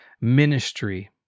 ministry